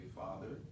father